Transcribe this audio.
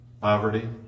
Poverty